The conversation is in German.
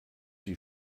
die